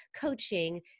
coaching